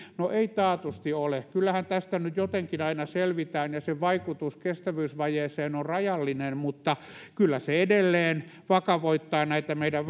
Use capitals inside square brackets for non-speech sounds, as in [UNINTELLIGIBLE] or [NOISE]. no ei taatusti ole kyllähän tästä nyt jotenkin aina selvitään ja sen vaikutus kestävyysvajeeseen on rajallinen mutta kyllä se edelleen vakavoittaa näitä meidän [UNINTELLIGIBLE]